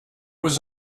was